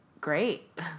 great